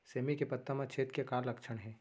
सेमी के पत्ता म छेद के का लक्षण हे?